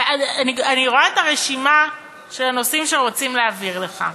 ואני רואה את הרשימה של הנושאים שרוצים להעביר לך.